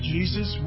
Jesus